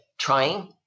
Trying